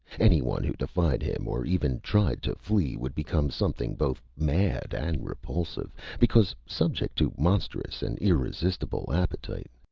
anyone who defied him or even tried to flee would become something both mad and repulsive, because subject to monstrous and irresistible appetite.